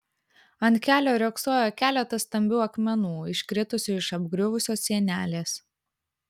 ant kelio riogsojo keletas stambių akmenų iškritusių iš apgriuvusios sienelės